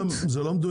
זה לא מדויק.